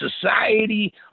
society